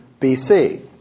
BC